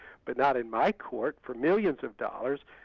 but not in my court for millions of dollars.